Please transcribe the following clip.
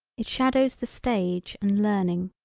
it shadows the stage and learning.